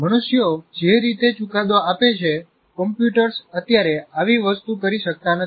મનુષ્યો જે રીતે ચુકાદો આપે છે કમ્પ્યુટર્સ અત્યારે આવી વસ્તુ કરી શકતા નથી